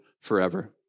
forever